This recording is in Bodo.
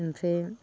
ओमफ्राय